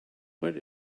what